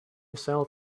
cell